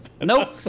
Nope